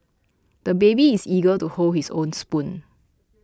the baby is eager to hold his own spoon